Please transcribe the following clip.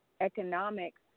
economics